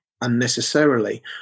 unnecessarily